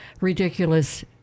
Ridiculous